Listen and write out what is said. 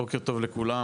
בוקר טוב לכולם,